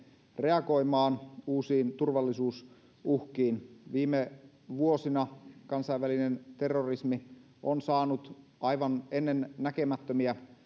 reagoimaan uusiin turvallisuusuhkiin viime vuosina kansainvälinen terrorismi on saanut aivan ennennäkemättömiä